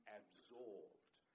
absorbed